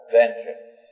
vengeance